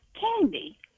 candy